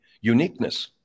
uniqueness